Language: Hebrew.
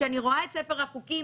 כשאני רואה את ספר החוקים,